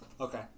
Okay